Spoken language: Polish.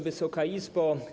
Wysoka Izbo!